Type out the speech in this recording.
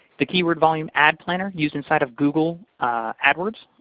the keyword volume ad planner, used inside of google adwords,